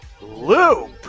Loop